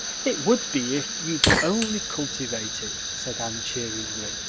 it would be if you'd only cultivate it, said anne cheeringly.